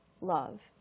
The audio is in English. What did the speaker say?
love